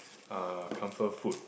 uh comfort food